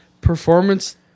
performance